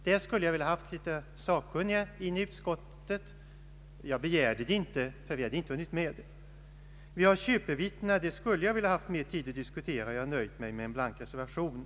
Jag skulle vid behandlingen därav velat ha hjälp i utskottet av prak tiskt sakkunniga, men jag begärde inte det, eftersom vi inte skulle ha hunnit med det. När det gäller frågan om köpevittnen skulle jag också velat ha mer tid för diskussion, men jag har av tidsskäl nöjt mig med en blank reservation.